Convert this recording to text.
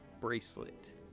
bracelet